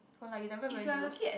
but like you never even use